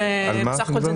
התנגדות.